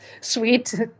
sweet